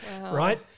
Right